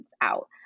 out